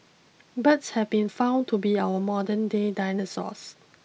birds have been found to be our modern day dinosaurs